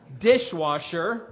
dishwasher